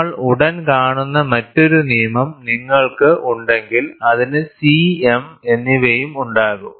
നമ്മൾ ഉടൻ കാണുന്ന മറ്റൊരു നിയമം നിങ്ങൾക്ക് ഉണ്ടെങ്കിൽ അതിന് C m എന്നിവയും ഉണ്ടാകും